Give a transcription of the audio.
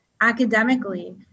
academically